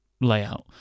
layout